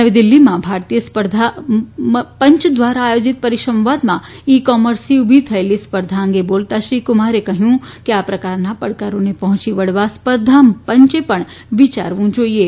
નવી દિલ્હીમાં ભારતીય સ્પર્ધા પંય દ્વારા આયોજીત પરિસંવાદમાં ઇ કોમર્સથી ઉલી થયેલી સ્પર્ધા અંગે બોલતાં શ્રી કુમારે કહ્યું કે આ પ્રકારના પડકારોને પહોંચી વળવા સ્પર્ધા પંચે પણ વિયારવું જાઇએ